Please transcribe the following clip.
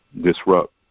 disrupt